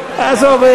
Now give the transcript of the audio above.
עזוב,